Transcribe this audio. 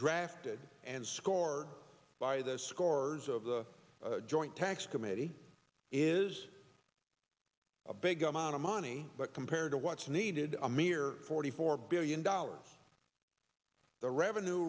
drafted and scored by those scores of the joint tax committee is a big amount of money but compared to what's needed a mere forty four billion dollars the revenue